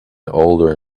older